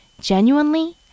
genuinely